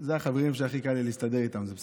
אלה החברים שהכי קל לי להסתדר איתם, זה בסדר,